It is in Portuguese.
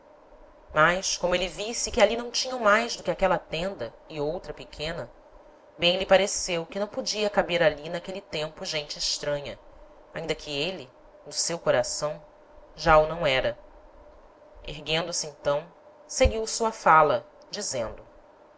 mas como êle visse que ali não tinham mais do que aquela tenda e outra pequena bem lhe pareceu que não podia caber ali n'aquele tempo gente estranha ainda que êle no seu coração já o não era erguendo-se então seguiu sua fala dizendo